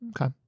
Okay